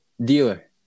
dealer